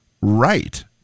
right